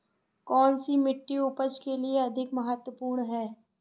कौन सी मिट्टी उपज के लिए अधिक महत्वपूर्ण है?